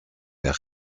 der